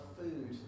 food